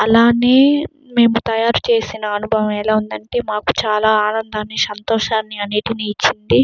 అలానే మేము తయారు చేసిన అనుభవం ఎలా ఉంది అంటే మాకు చాలా ఆనందాన్ని సంతోషాన్ని అన్నిటిని ఇచ్చింది